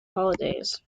holidays